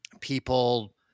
people